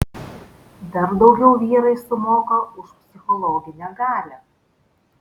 dar daugiau vyrai sumoka už psichologinę galią